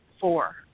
four